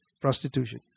prostitution